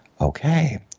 Okay